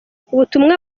ubutumwa